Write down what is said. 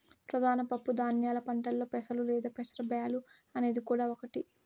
ప్రధాన పప్పు ధాన్యాల పంటలలో పెసలు లేదా పెసర బ్యాల్లు అనేది కూడా ఒకటి